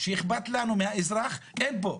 שאכפת לנו מהאזרח אין פה.